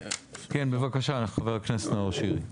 כן, בבקשה חה"כ נאור שירי.